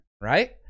right